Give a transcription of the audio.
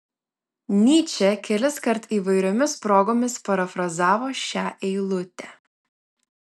nyčė keliskart įvairiomis progomis parafrazavo šią eilutę